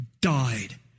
died